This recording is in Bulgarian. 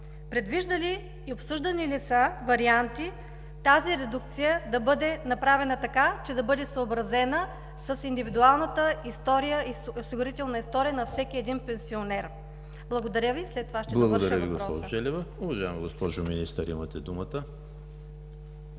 предвижда ли и обсъждани ли са варианти тази редукция да бъде направена така, че да бъде съобразена с индивидуалната осигурителна история на всеки един пенсионер? Благодаря Ви. ПРЕДСЕДАТЕЛ ЕМИЛ ХРИСТОВ: Благодаря Ви, госпожо Желева. Уважаема госпожо Министър, имате думата.